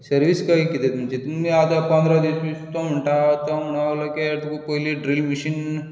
service काय ही कितें रे तुमची ही तुमी आतां पंदरा दीस तो म्हणटा तो म्हणूंक लागलो क्या पयलीं ड्रिलींग मशीन